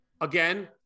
again